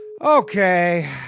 Okay